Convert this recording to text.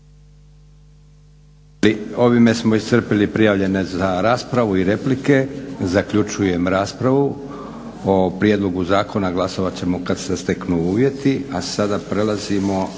Ovime smo iscrpili prijavljene za raspravu i replike. Zaključujem raspravo o prijedlogu zakona glasovat ćemo kad se steknu uvjeti. **Leko,